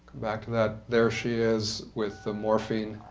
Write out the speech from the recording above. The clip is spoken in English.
back to that. there she is with the morphine.